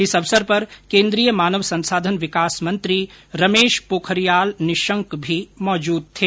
इस अवसर पर केन्द्रीय मानव संसाधन विकास मंत्री रमेश पोखरियाल भी मौजूद थे